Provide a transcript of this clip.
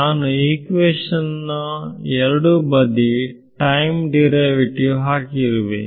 ನಾನು ಈಕ್ವೇಶನ್ ನ ಎರಡೂ ಬದಿ ಟೈಮ್ ಡಿರೈವೇಟಿವ್ ಹಾಕಿರುವೆ